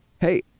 hey